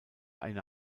eine